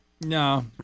No